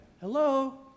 Hello